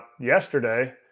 yesterday